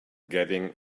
getting